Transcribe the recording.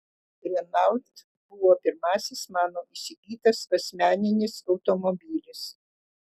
renault buvo pirmasis mano įsigytas asmeninis automobilis